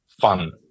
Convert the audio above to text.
fun